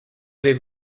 avez